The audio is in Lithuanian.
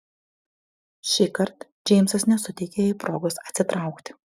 šįkart džeimsas nesuteikė jai progos atsitraukti